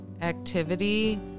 activity